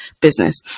business